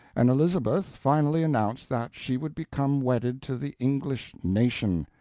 and elizabeth finally announced that she would become wedded to the english nation,